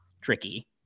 tricky